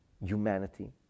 humanity